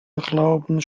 erlauben